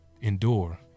Endure